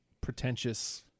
pretentious